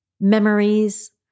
memories